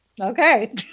Okay